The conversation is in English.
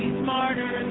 smarter